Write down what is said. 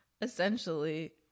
Essentially